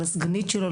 לסגנית שלו,